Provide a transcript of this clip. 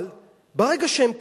אבל ברגע שהם כאן,